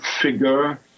figure